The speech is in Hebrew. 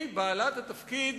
היא בעלת התפקיד